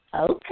Okay